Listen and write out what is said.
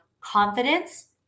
confidence